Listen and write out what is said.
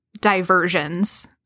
diversions